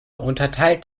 unterteilt